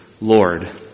Lord